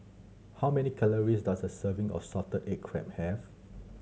how many calories does a serving of salted egg crab have